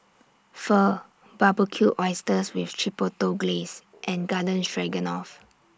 Pho Barbecued Oysters with Chipotle Glaze and Garden Stroganoff